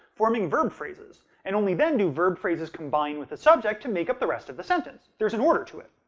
forming verb phrases. and only then do verb phrases combine with a subject to make up the rest of the sentence. there's an order to it.